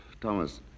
Thomas